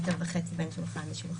מטר וחצי בין שולחן לשולחן.